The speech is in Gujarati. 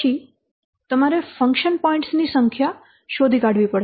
પછી તમારે ફંકશન પોઇન્ટ્સ ની સંખ્યા શોધી કાઢવી પડશે